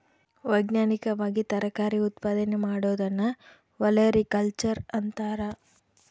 ವೈಜ್ಞಾನಿಕವಾಗಿ ತರಕಾರಿ ಉತ್ಪಾದನೆ ಮಾಡೋದನ್ನ ಒಲೆರಿಕಲ್ಚರ್ ಅಂತಾರ